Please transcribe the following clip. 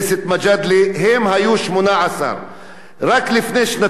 הן היו 18. רק לפני שנתיים אנחנו ישבנו,